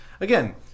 again